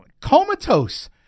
comatose